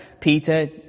Peter